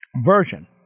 version